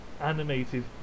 animated